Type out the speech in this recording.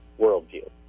worldview